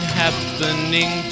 happening